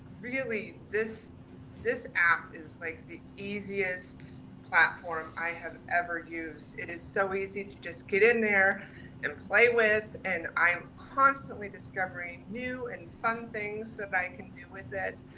really this this app is like the easiest platform i have ever used, it is so easy to just get in there and play with and i'm constantly discovering new and fun things that i can do with it.